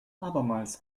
abermals